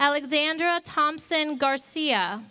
alexandra thompson garcia